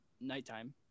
nighttime